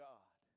God